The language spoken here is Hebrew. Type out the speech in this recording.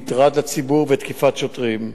מטרד לציבור ותקיפת שוטרים.